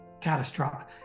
catastrophic